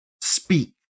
speak